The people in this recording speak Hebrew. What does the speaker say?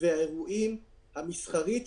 והאירועים המסחרית,